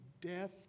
death